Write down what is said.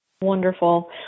Wonderful